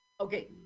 Okay